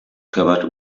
covered